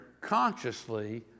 consciously